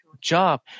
job